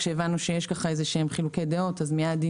כשהבנו שיש איזה שהם חילוקי דעות אז מיד היא